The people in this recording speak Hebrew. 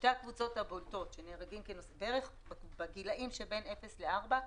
שתי הקבוצות הבולטות שנהרגים בגילים של אפס לארבע,